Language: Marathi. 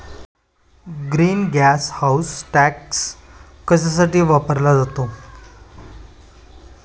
ग्रीन गॅस हाऊस टॅक्स कशासाठी वापरला जातो?